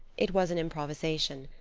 it was an improvisation.